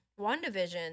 WandaVision